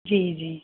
जी जी